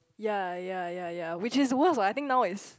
ya ya ya ya which is worse lah I think now it's